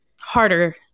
harder